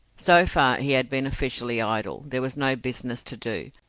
so far he had been officially idle there was no business to do,